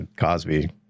Cosby